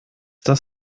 das